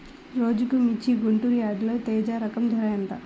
ఈరోజు మిర్చి గుంటూరు యార్డులో తేజ రకం ధర ఎంత?